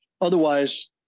Otherwise